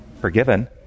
forgiven